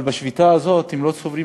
אבל בגלל השביתה הזאת הם לא צוברים